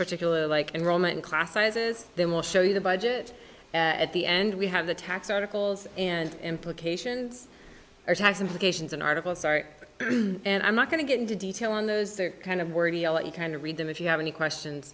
particularly like enrollment class sizes then we'll show you the budget at the end we have the tax articles and implications or tax implications in article sorry and i'm not going to get into detail on those kind of were you kind of read them if you have any questions